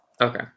Okay